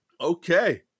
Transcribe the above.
Okay